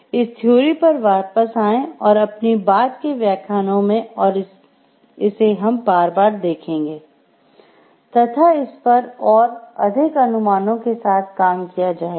इस थ्योरी पर वापस आएं और अपनी बाद के व्याख्यानों में और इसे हम बार बार देखेंगे तथा इस पर और अधिक अनुमानों के साथ काम किया जाएगा